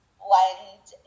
blend